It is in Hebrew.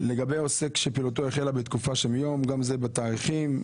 לגבי עוסק שפעילותו החלה בתקופה שמיום גם זה בתאריכים.